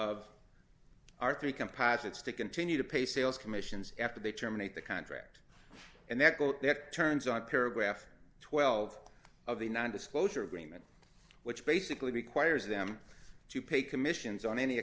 of our three composites to continue to pay sales commissions after they terminate the contract and that vote that turns on paragraph twelve dollars of the non disclosure agreement which basically requires them to pay commissions on any